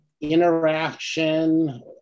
interaction